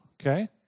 okay